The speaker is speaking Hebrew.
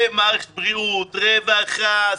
זה מערכת בריאות, רווחה.